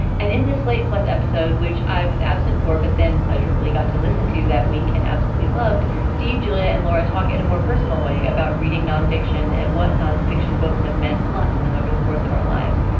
and in this slate plus episode, which i was absent for, but then pleasurably got to listen to that week and absolutely loved steve, julia and laura talk in a more personal way about reading non-fiction and what nonfiction books have meant a lot to them over the course of our lives.